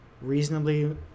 reasonably